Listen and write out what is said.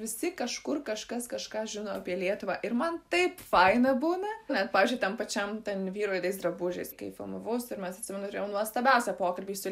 visi kažkur kažkas kažką žino apie lietuvą ir man taip faina būna net pavyzdžiui tam pačiam ten vyrai juodais drabužiais kai filmavausi ir mes atsimenu turėjom nuostabiausią pokalbį su